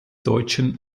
deutschen